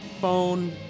phone